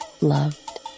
loved